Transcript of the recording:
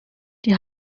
die